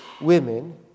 women